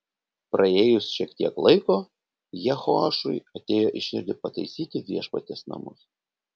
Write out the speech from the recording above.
praėjus šiek tiek laiko jehoašui atėjo į širdį pataisyti viešpaties namus